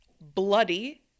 Bloody